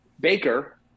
Baker